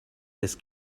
this